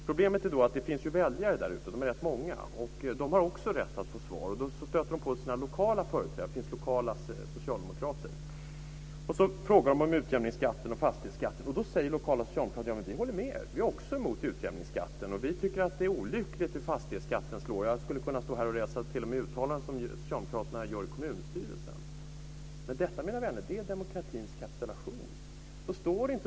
Problemet är att det finns rätt många väljare där ute och att också de har rätt att få besked. De stöter då på sina lokala socialdemokratiska företrädare och frågar om utjämningsskatten och fastighetsskatten. De lokala socialdemokraterna säger då: Ja, vi håller med er. Också vi är emot utjämningsskatten, och vi tycker att fastighetsskatten slår på ett olyckligt sätt. Jag skulle här t.o.m. kunna läsa upp sådana uttalanden som socialdemokraterna har gjort i kommunstyrelsen. Detta, mina vänner, är demokratins kapitulation.